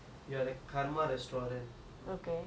so what dish will you be served it doesn't have to be a food